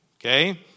Okay